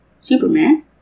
Superman